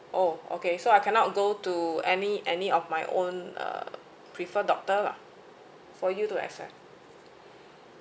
oh okay so I cannot go to any any of my own uh preferred doctor lah for you to accept